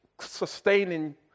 sustaining